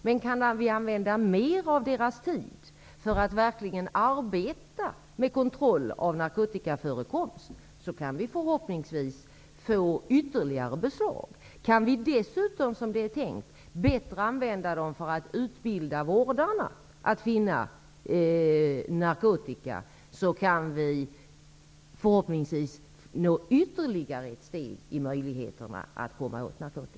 Men kan vi använda mer av deras tid till att verkligen arbeta med kontroll av narkotikaförekomst kan det förhoppningsvis ske ytterligare beslag. Kan vi dessutom, vilket är tänkt, använda dessa personer bättre för att utbilda vårdarna i att finna narkotika, når vi förhoppningsvis ytterligare ett steg i möjligheterna att komma åt narkotikan.